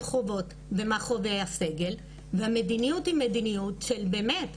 חוות ומה חווה הסגל והמדיניות היא מדיניות של באמת,